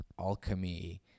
alchemy